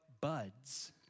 buds